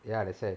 ya that side